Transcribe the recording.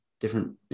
different